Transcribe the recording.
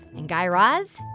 and, guy raz,